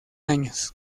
años